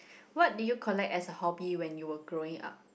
what do you collect as a hobby when you were growing up